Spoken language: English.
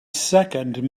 second